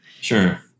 Sure